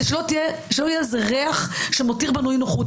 שלא יהיה ריח שמותיר בנו אי נוחות.